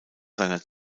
seiner